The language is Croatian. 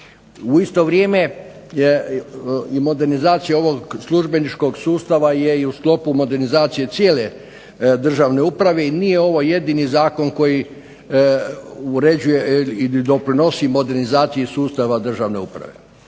U isto vrijeme i modernizacija ovog službeničkog sustava je i u sklopu modernizacije cijele državne uprav i nije ovo jedini zakon koji uređuje ili doprinosi modernizaciji sustava državne uprave.